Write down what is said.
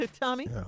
Tommy